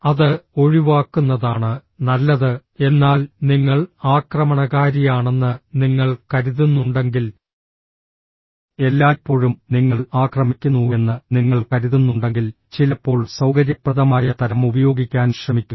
അത് ഒഴിവാക്കുന്നതാണ് നല്ലത് എന്നാൽ നിങ്ങൾ ആക്രമണകാരിയാണെന്ന് നിങ്ങൾ കരുതുന്നുണ്ടെങ്കിൽ എല്ലായ്പ്പോഴും നിങ്ങൾ ആക്രമിക്കുന്നുവെന്ന് നിങ്ങൾ കരുതുന്നുണ്ടെങ്കിൽ ചിലപ്പോൾ സൌകര്യപ്രദമായ തരം ഉപയോഗിക്കാൻ ശ്രമിക്കുക